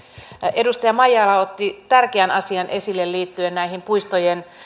edustaja maijala otti tärkeän asian esille liittyen puistojen